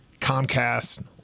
Comcast